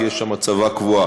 כי יש שם הצבה קבועה,